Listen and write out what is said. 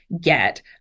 get